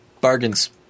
Bargains